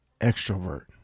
extrovert